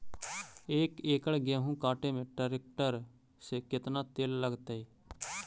एक एकड़ गेहूं काटे में टरेकटर से केतना तेल लगतइ?